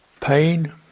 pain